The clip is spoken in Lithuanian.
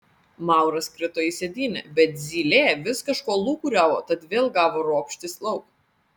mauras krito į sėdynę bet zylė vis kažko lūkuriavo tad vėl gavo ropštis lauk